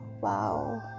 Wow